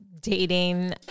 Dating